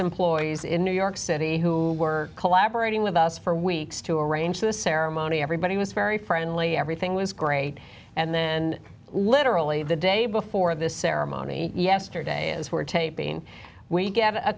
employees in new york city who were collaborating with us for weeks to arrange the ceremony everybody was very friendly everything was great and then literally the day before the ceremony yesterday as we're taping we get a